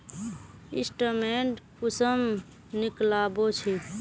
Statement कुंसम निकलाबो छी?